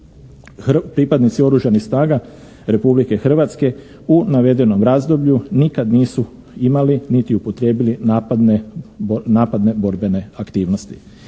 Pripadnici Oružanih snaga Republike Hrvatske u navedenom razdoblju nikad nisu imali niti upotrijebili napadne borbene aktivnosti.